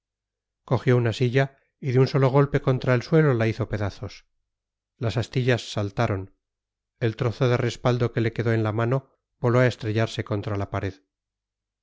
cogió una silla y de un solo golpe contra el suelo la hizo pedazos las astillas saltaron el trozo de respaldo que le quedó en la mano voló a estrellarse contra la pared